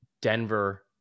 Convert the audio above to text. Denver